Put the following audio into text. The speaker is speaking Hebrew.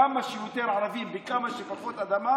כמה שיותר ערבים בכמה שפחות אדמה?